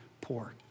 poor